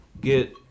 get